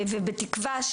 ובתקווה,